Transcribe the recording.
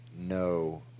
no